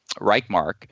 Reichmark